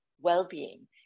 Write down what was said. well-being